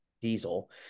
Diesel